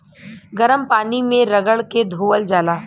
गरम पानी मे रगड़ के धोअल जाला